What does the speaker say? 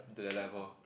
to their level